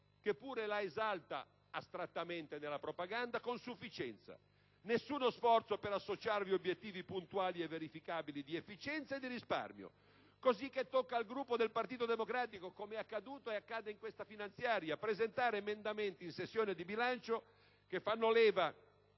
che pure la esalta astrattamente nella propaganda, con sufficienza: nessuno sforzo per associarvi obiettivi puntuali e verificabili di efficienza e risparmio. Così che tocca al Gruppo del Partito Democratico, come è accaduto e accade in questa finanziaria, presentare emendamenti in sessione di bilancio che fanno leva